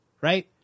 right